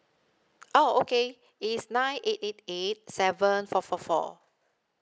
oh okay it's nine eight eight eight seven four four four